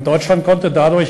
האשמה במלחמה, דבר שלא חשבנו שהוא